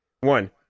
One